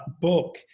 book